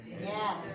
Yes